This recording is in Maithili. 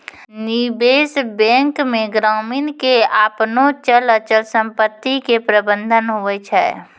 निबेश बेंक मे ग्रामीण के आपनो चल अचल समपत्ती के प्रबंधन हुवै छै